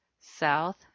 South